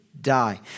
die